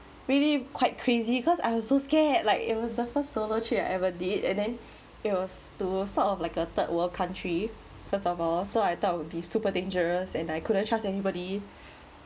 really quite crazy cause I was so scared like it was the first solo trip I ever did and then it was to sort of like a third world country first of all so I thought would be super dangerous and I couldn't trust anybody